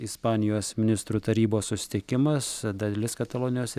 ispanijos ministrų tarybos susitikimas dalis katalonijos